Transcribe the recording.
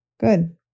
good